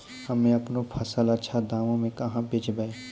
हम्मे आपनौ फसल अच्छा दामों मे कहाँ बेचबै?